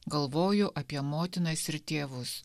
galvoju apie motinas ir tėvus